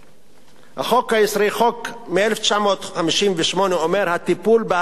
חוק מ-1958 אומר: "הטיפול בהשכלה גבוהה